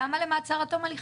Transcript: כמה למעצר עד תום הליכים?